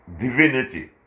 divinity